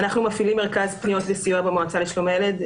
אנחנו מפעילים מרכז פניות לסיוע במועצה לשלום הילד.